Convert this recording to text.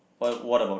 wha~ what about it